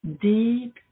deep